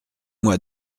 moi